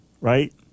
Right